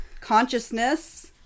Consciousness